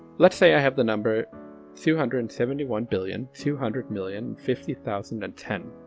let's say i have the number two hundred and seventy one billion two hundred million fifty thousand and ten.